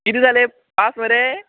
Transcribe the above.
कितें जालें पास मरे